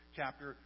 chapter